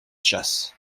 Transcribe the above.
chasse